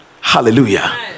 Hallelujah